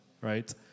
right